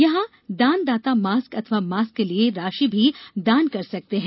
यहां दान दाता मास्क अथवा मास्क के लिये राशि भी दान कर सकते हैं